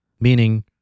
Meaning